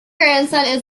grandson